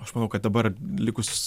aš manau kad dabar likus